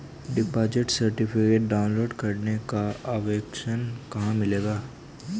Deposit certificate download करने का option कहां मिलेगा?